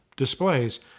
Displays